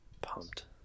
Pumped